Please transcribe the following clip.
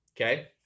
okay